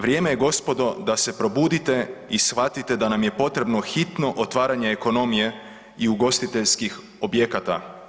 Vrijeme je, gospodo, da se probudite i shvatite da nam je potrebno hitno otvaranje ekonomije i ugostiteljskih objekata.